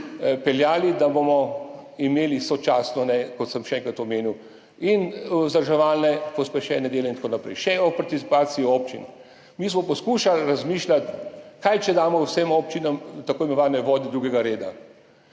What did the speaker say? peljali, da bomo imeli sočasno, kot sem že enkrat omenil, vzdrževalna, pospešena dela in tako naprej. Še o participaciji občin. Mi smo poskušali razmišljati, kaj če damo vsem občinam tako imenovane vode 2. reda.